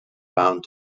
found